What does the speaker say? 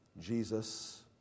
jesus